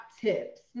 tips